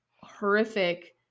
horrific